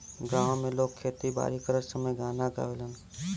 गांव में लोग खेती बारी करत समय गाना गावेलन